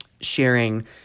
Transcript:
sharing